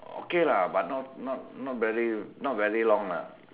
okay lah but not not not very not very long lah